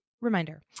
reminder